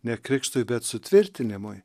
ne krikštui bet sutvirtinimui